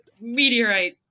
meteorite